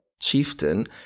chieftain